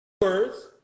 words